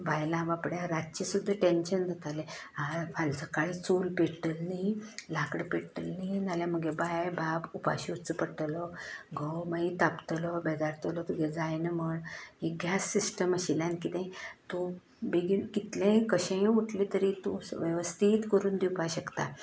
बायलां बाबड्यांक रातचें सुद्दां टेंशन जातालें फाल्या सकाळीं चूल पेट्टली न्ही लांकडां पेट्ट्ली न्ही ना जाल्यार मगें बाय बाब उपाशीं उरचो पडटलो घोव मागीर तापतलो बेजारतलो तुगेलें जायना म्हण हिं गॅस सिस्टम आशिल्ल्यान कितेंय तूं बेगीन कितलेंय कशेंय उटलें तरी तूं वेवस्थीत करून दिवपाक शकता